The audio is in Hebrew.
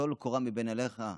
טול קורה מבין עיניך,